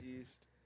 East